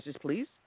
please